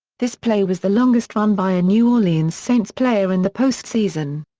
this play was the longest run by a new orleans saints player in the postseason.